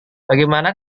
bagaimana